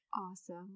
awesome